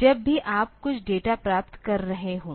जब भी आप कुछ डेटा प्राप्त कर रहे हों